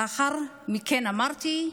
לאחר מכן אמרתי,